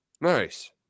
Nice